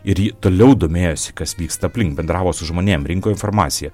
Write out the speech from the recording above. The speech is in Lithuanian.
ir ji toliau domėjosi kas vyksta aplink bendravo su žmonėm rinko informaciją